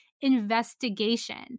investigation